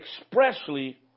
expressly